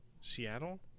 Seattle